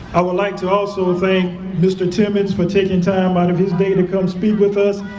i would like to also thank mr. timmons for taking time out of his day to come speak with us.